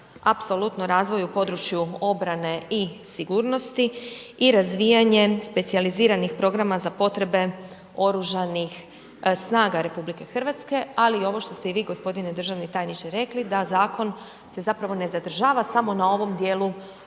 apsolutno razvoj u području obrane i sigurnosti i razvijanje specijaliziranih programa za potrebe Oružanih snaga RH ali ovo što ste i vi g. državni tajniče rekli, da zakon se zapravo ne zadržava samo na ovom djelu